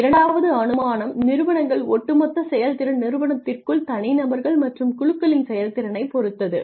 இரண்டாவது அனுமானம் நிறுவனங்கள் ஒட்டுமொத்த செயல்திறன் நிறுவனத்திற்குள் தனிநபர்கள் மற்றும் குழுக்களின் செயல்திறனைப் பொறுத்தது